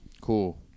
Cool